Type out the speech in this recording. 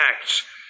Acts